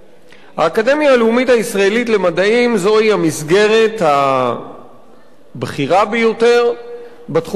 האקדמיה הלאומית הישראלית למדעים זוהי המסגרת הבכירה ביותר בתחום המדעי,